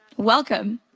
welcome.